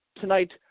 tonight